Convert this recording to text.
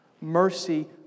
Mercy